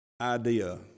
idea